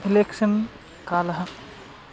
election कालः